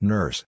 Nurse